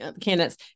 candidates